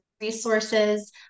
resources